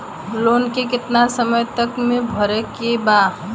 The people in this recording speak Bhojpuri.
लोन के कितना समय तक मे भरे के बा?